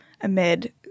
amid